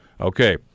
Okay